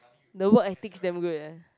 the work ethics damn good eh